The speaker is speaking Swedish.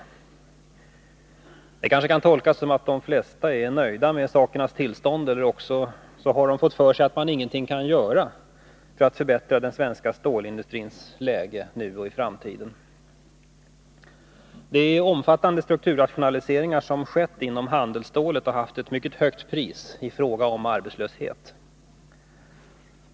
Detta kanske kan tolkas så att de flesta är nöjda med sakernas tillstånd, eller också har de fått för sig att man ingenting kan göra för att förbättra den svenska stålindustrins läge nu och i framtiden. De omfattande strukturrationaliseringar som skett inom handelsstålsindustrin har haft ett mycket högt pris i fråga om arbetslöshet.